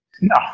No